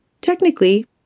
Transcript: Technically